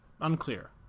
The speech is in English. unclear